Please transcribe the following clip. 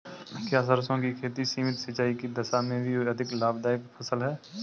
क्या सरसों की खेती सीमित सिंचाई की दशा में भी अधिक लाभदायक फसल है?